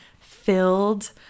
filled